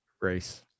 race